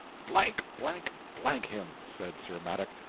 blank-blank-blank him, said sir madok,